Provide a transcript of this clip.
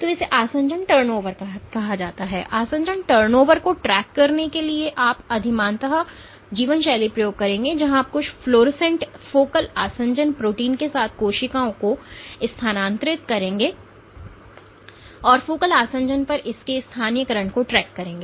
तो इसे आसंजन टर्नओवर कहा जाता है और आसंजन टर्नओवर को ट्रैक करने के लिए आप अधिमानतः जीवनशैली प्रयोग करेंगे जहां आप कुछ फ्लोरोसेंट फोकल आसंजन प्रोटीन के साथ कोशिकाओं को स्थानांतरित करेंगे और फोकल आसंजन पर इसके स्थानीयकरण को ट्रैक करेंगे